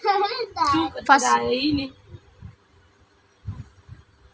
फसल को बदल बदल कर बोने से क्या लाभ मिलता है?